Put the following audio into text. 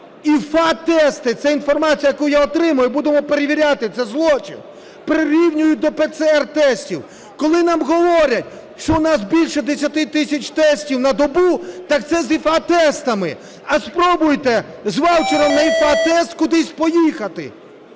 ІФА-тести, це інформація, яку я отримав, і будемо перевіряти - це злочин, прирівнюють до ПЦР-тестів. Коли нам говорять, що у нас більше 10 тисяч тестів на добу, так це з ІФА-тестами. А спробуйте з ваучером на ІФА-тест кудись поїхати.